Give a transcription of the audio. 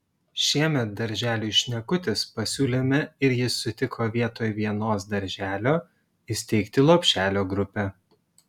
šiemet darželiui šnekutis pasiūlėme ir jis sutiko vietoj vienos darželio įsteigti lopšelio grupę